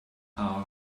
our